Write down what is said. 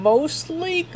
Mostly